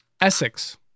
Essex